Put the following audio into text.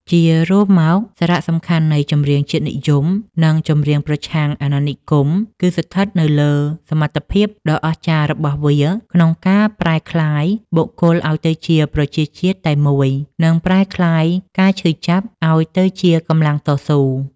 ជារួមមក សារៈសំខាន់នៃចម្រៀងជាតិនិយម និងចម្រៀងប្រឆាំងអាណានិគម គឺស្ថិតនៅលើសមត្ថភាពដ៏អស្ចារ្យរបស់វាក្នុងការប្រែក្លាយ បុគ្គលឱ្យទៅជាប្រជាជាតិតែមួយ និងប្រែក្លាយការឈឺចាប់ឱ្យទៅជាកម្លាំងតស៊ូ ។